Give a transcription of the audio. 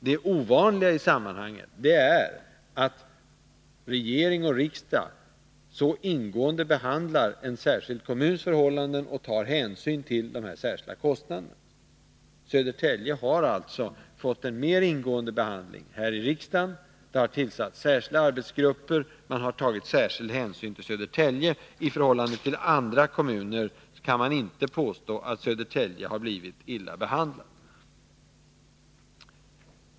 Det ovanliga i sammanhanget är att regering och riksdag så ingående har behandlat en speciell kommuns förhållanden och att hänsyn har tagits till dessa särskilda kostnader. Södertälje har fått en mycket ingående behandling här i riksdagen. En arbetsgrupp har tillsatts, och man har tagit särskild hänsyn till Södertälje. Man kan inte påstå att Södertälje har blivit illa behandlad i förhållande till andra kommuner.